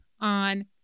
on